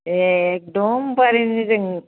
एकदमबारि जों